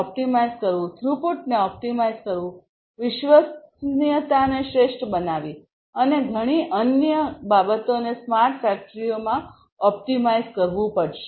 optimise કરવું થ્રુપુટને optimise કરવું વિશ્વસનીયતાને શ્રેષ્ઠ બનાવવી અને ઘણી અન્ય ઘણી બાબતોને સ્માર્ટ ફેક્ટરીમાં ઓપ્ટિમાઇઝ કરવું પડશે